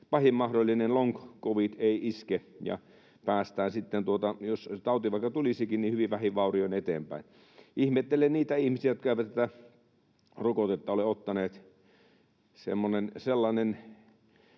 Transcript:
pahin mahdollinen long covid ei iske ja jos tauti vaikka tulisikin, päästään sitten hyvin vähin vaurioin eteenpäin. Ihmettelen niitä ihmisiä, jotka eivät tätä rokotetta